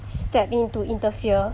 step in to interfere